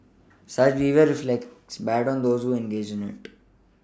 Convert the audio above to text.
such behaviour reflects badly on those who engage in it